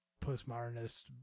postmodernist